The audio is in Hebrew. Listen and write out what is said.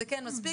זה לא מספיק,